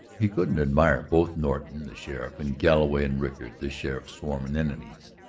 he couldn't admire both norton, the sheriff, and galloway and rickard, the sheriff's sworn enemies!